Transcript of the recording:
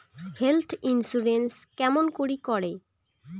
Health insurance কেমন করি করে?